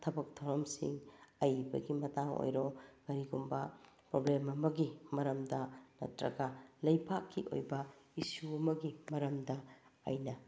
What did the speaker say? ꯊꯕꯛ ꯊꯧꯔꯝꯁꯤꯡ ꯑꯏꯕꯒꯤ ꯃꯇꯥꯡ ꯑꯣꯏꯔꯣ ꯀꯔꯤꯒꯨꯝꯕ ꯄ꯭ꯔꯣꯕ꯭ꯂꯦꯝ ꯑꯃꯒꯤ ꯃꯔꯝꯗ ꯅꯠꯇ꯭ꯔꯒ ꯂꯩꯕꯥꯛꯀꯤ ꯑꯣꯏꯕ ꯏꯁꯨ ꯑꯃꯒꯤ ꯃꯔꯝꯗ ꯑꯩꯅ